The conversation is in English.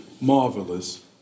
marvelous